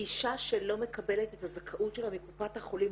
אישה שלא מקבלת את הזכאות שלה מקופת החולים,